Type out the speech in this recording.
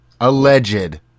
Alleged